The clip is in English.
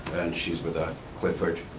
and she's with clifford.